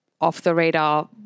off-the-radar